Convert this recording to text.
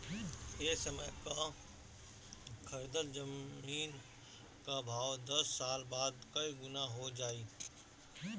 ए समय कअ खरीदल जमीन कअ भाव दस साल बाद कई गुना हो जाई